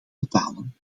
betalen